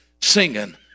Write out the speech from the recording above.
singing